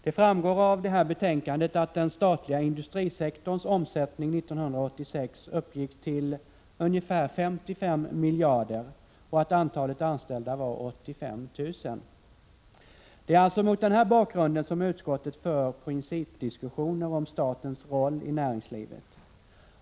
Det framgår av det här betänkandet att den statliga industrisektorns omsättning 1986 uppgick till ca 55 miljarder och att antalet anställda var 85 000. Det är alltså mot den här bakgrunden som utskottet för principdiskussioner om statens roll i näringslivet.